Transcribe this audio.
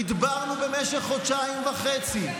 נדברנו במשך חודשיים וחצי,